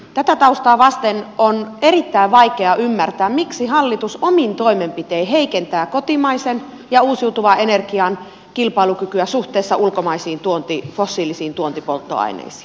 tätä taustaa vasten on erittäin vaikea ymmärtää miksi hallitus omin toimenpitein heikentää kotimaisen ja uusiutuvan energian kilpailukykyä suhteessa ulkomaisiin fossiilisiin tuontipolttoaineisiin